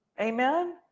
Amen